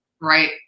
right